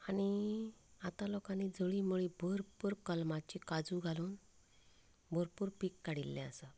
आनी आतां लोकांनी जळिमळीं भरपूर कलमाची काजू घालून भरपूर पीक काडिल्लें आसात